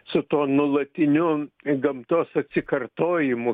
su tuo nuolatiniu gamtos atsikartojimu